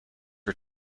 her